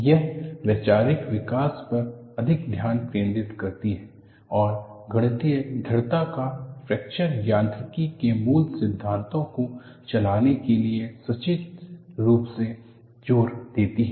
यह वैचारिक विकास पर अधिक ध्यान केंद्रित करती है और गणितीय दृढ़ता का फ्रैक्चर यांत्रिकी के मूल सिद्धांतों को चलाने के लिए सचेत रूप से जोर देती है